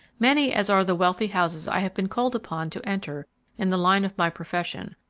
many as are the wealthy houses i have been called upon to enter in the line of my profession,